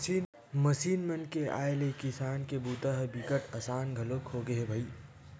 machine मन के आए ले किसानी के बूता ह बिकट असान घलोक होगे हे भईर